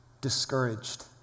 discouraged